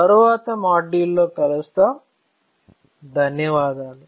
తరువాతి మాడ్యూల్లో కలుద్దాము